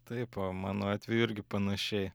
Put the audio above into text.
taip mano atveju irgi panašiai